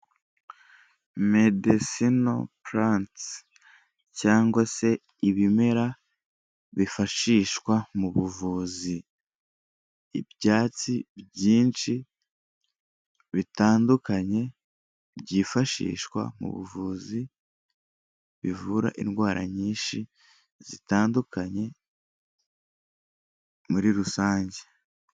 Medesino puranti cyangwa se ibimera bifashishwa mu buvuzi, ibyatsi byinshi bitandukanye byifashishwa mu buvuzi bivura indwara nyinshi zitandukanye muri rusange.